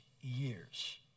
years